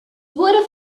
wurde